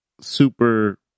super